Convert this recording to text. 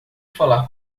falar